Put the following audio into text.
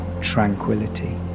tranquility